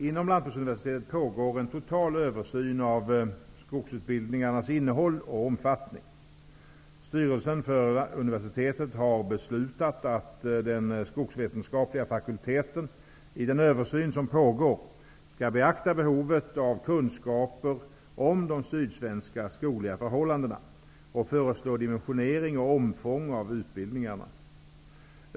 Inom Lantbruksuniversitetet pågår en total översyn av skogsutbildningarnas innehåll och omfattning. Styrelsen för universitetet har beslutat att den skogsvetenskapliga fakulteten i den översyn som pågår skall beakta behovet av kunskaper om de sydsvenska skogliga förhållandena och föreslå dimensionering och omfång av utbildningarna.